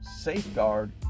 safeguard